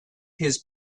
his